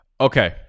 Okay